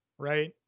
right